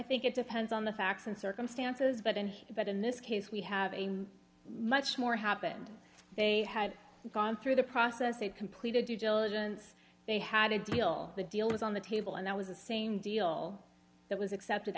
think it depends on the facts and circumstances but in but in this case we have a new much more happened they had gone through the process they completed due diligence they had a deal the deal was on the table and that was the same deal that was accepted